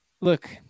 look